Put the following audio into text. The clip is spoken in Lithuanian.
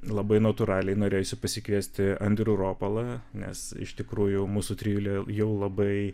labai natūraliai norėjosi pasikviesti andrių ropolą nes iš tikrųjų mūsų trijulė jau labai